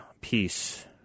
peace